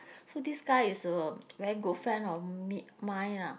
so this guy is a very good friend of me mine lah